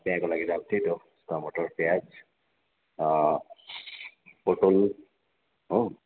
बिहाँको लागि त अब त्यही त हो टमाटर प्याज पोटल हो